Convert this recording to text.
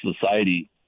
society